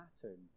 pattern